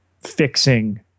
fixing